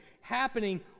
happening